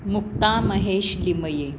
Mukta Mahesh Limaye